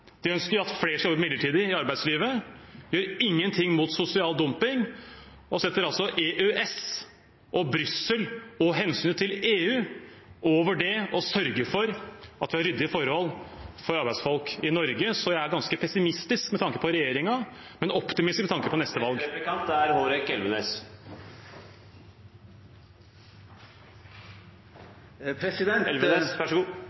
De ønsker at flere skal være midlertidig i arbeidslivet, og de gjør ingenting mot sosial dumping. De setter EØS og Brussel og hensynet til EU over det å sørge for at vi har ryddige forhold for arbeidsfolk i Norge. Så jeg er ganske pessimistisk med tanke på regjeringen, men optimistisk med tanke på neste valg.